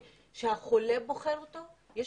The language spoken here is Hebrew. שהחולה בוחר אותה.